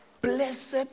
Blessed